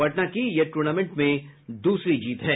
पटना की यह टूर्नामेंट में दूसरी जीत है